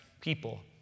people